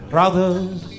Brothers